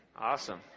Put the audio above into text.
Awesome